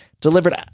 delivered